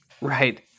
Right